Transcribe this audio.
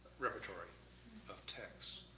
repertoire and of text.